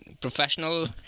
professional